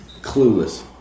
Clueless